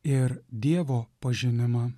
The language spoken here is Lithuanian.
ir dievo pažinimą